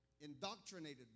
indoctrinated